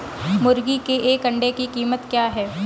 मुर्गी के एक अंडे की कीमत क्या है?